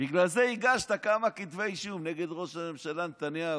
בגלל זה הגשת כמה כתבי אישום נגד ראש הממשלה נתניהו,